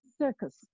circus